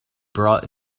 brought